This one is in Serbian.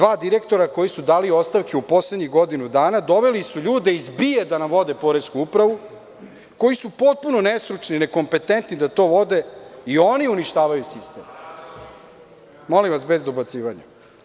Dva direktora koji su dali ostavke u poslednjih godinu dana doveli su ljude iz BIA da nam vode poresku upravu, koji su potpuno nestručni, nekompetentni da to vode i oni uništavaju sistem. (Vladimir Đukanović, s mesta: Rade odlično.) Molim vas bez dobacivanja.